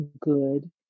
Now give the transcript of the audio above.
good